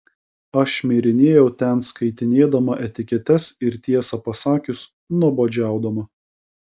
aš šmirinėjau ten skaitinėdama etiketes ir tiesą pasakius nuobodžiaudama